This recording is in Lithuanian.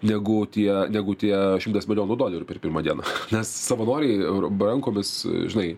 negu tie negu tie šimtas milijonų dolerių per pirmą dieną nes savanoriai rankomis žinai